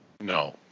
No